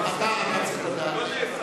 אתה אולי לא יודע,